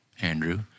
Andrew